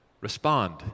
Respond